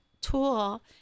tool